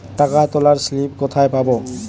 টাকা তোলার স্লিপ কোথায় পাব?